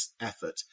effort